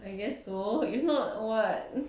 I guess so if not what